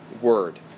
word